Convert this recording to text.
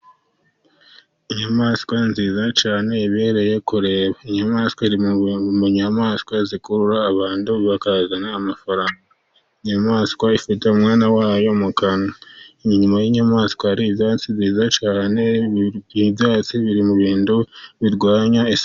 Inyamaswa nziza cyane ibereye kureba. Inyamaswa iri mu nyamaswa zikurura abantu bakazana amafaranga. Inyamaswa ifite umwana wayo mu kanwa, inyuma y'inyamaswa hari ibyatsi byiza cyane. Ibyatsi biri mu bintu birwanya isuri.